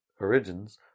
origins